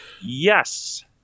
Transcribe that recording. Yes